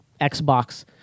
Xbox